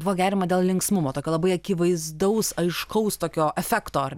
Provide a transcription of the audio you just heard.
buvo geriama dėl linksmumo tokio labai akivaizdaus aiškaus tokio efekto ar